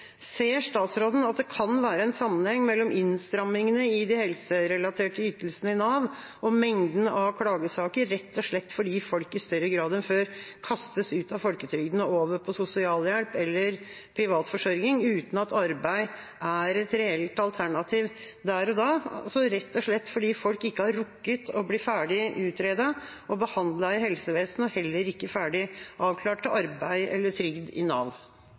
Ser statsråden at det kan være en sammenheng mellom innstrammingene i de helserelaterte ytelsene i Nav og mengden av klagesaker rett og slett fordi folk i større grad enn før kastes ut av folketrygden og over på sosialhjelp eller privat forsørging uten at arbeid er et reelt alternativ der og da, altså rett og slett fordi folk ikke har rukket å bli ferdig utredet og behandlet i helsevesenet og heller ikke blitt ferdig avklart til arbeid eller trygd i Nav?